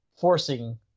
forcing